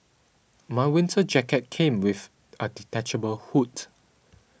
my winter jacket came with a detachable hood